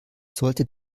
sollte